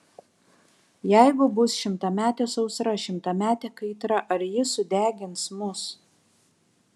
jeigu bus šimtametė sausra šimtametė kaitra ar ji sudegins mus